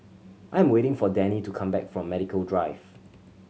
I'm waiting for Dani to come back from Medical Drive